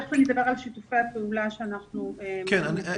תיכף אני אדבר על שיתופי הפעולה שאנחנו מטפלים בנושא הזה.